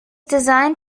designed